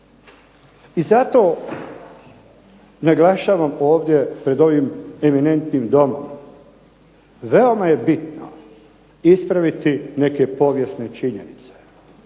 I zato naglašavam ovdje pred ovim eminentnim Domom, veoma je bitno ispraviti neke povijesne činjenice,